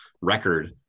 record